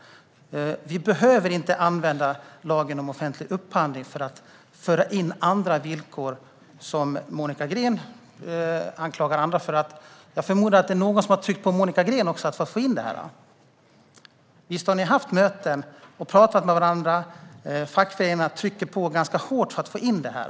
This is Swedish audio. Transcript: Vi behöver inte använda lagen om offentlig upphandling för att föra in andra villkor, som Monica Green anklagar andra för att göra. Jag förmodar att det är någon som har tryckt på också Monica Green för att få in detta. Visst har ni haft möten och talat med varandra? Fackföreningarna trycker på ganska hårt för att få in det här.